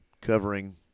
covering